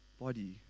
body